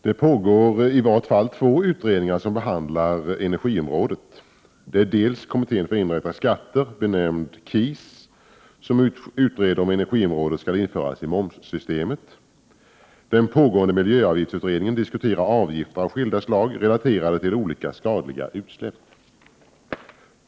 Herr talman! Det pågår åtminstone två utredningar som behandlar energiområdet. Det är för det första kommittén för indirekta skatter, benämnd KIS, som utreder om energiområdet skall införas i momssystemet, för det andra den pågående miljöavgiftsutredningen, som diskuterar avgifter av skilda slag relaterade till olika skadliga utsläpp.